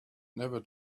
never